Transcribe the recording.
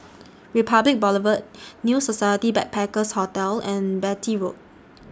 Republic Boulevard New Society Backpackers' Hotel and Beatty Road